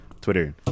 Twitter